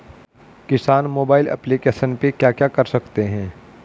किसान mobile application पे क्या क्या कर सकते हैं?